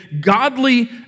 godly